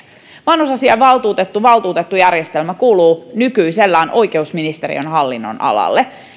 vanhusasiainvaltuutettu valtuutettujärjestelmä kuuluu nykyisellään oikeusministeriön hallinnonalalle